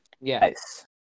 yes